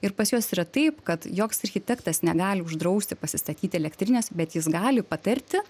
ir pas juos yra taip kad joks architektas negali uždrausti pasistatyti elektrinės bet jis gali patarti